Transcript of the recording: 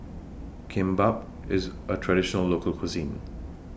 Kimbap IS A Traditional Local Cuisine